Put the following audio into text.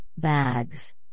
bags